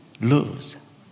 lose